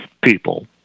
people